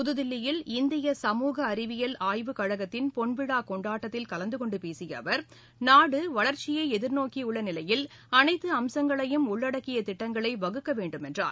புதுதில்லியில் இந்திய சமூக அறிவியல் ஆய்வுக் கழகத்தின் பொன்விழா கொண்டாட்டத்தில் கலந்து கொண்டு பேசிய அவர் நாடு வளர்ச்சியை எதிர்நோக்கியுள்ள நிவையில் அனைத்து அம்சங்களையும் உள்ளடக்கிய திட்டங்களை வகுக்க வேண்டும் என்றார்